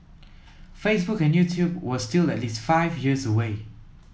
Facebook and YouTube were still at least five years away